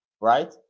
Right